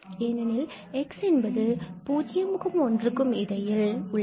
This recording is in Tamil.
ஏனெனில் x என்பது 0 1 க்கும் இடையில் உள்ளது